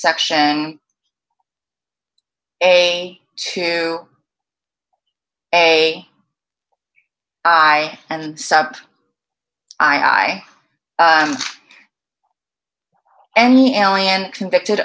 section a to a high and sub i i anyhow and convicted